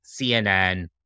CNN